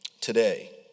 today